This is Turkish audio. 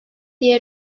diğer